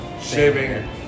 Shaving